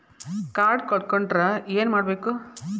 Card ಕಳ್ಕೊಂಡ್ರ ಏನ್ ಮಾಡಬೇಕು?